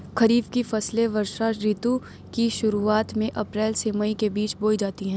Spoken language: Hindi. खरीफ की फसलें वर्षा ऋतु की शुरुआत में अप्रैल से मई के बीच बोई जाती हैं